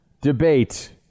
debate